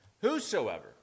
whosoever